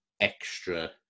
extra